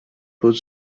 put